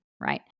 right